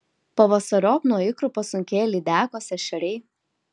pavasariop nuo ikrų pasunkėja lydekos ešeriai